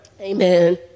Amen